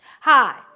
Hi